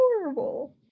adorable